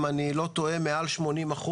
למעלה 80%,